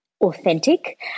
authentic